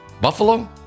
buffalo